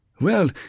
Well